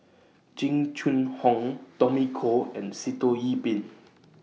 Jing Jun Hong Tommy Koh and Sitoh Yih Pin